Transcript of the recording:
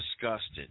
disgusted